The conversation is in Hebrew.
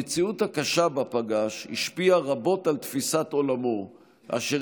המציאות הקשה שפגש השפיעה רבות על תפיסת עולמו של הרצל,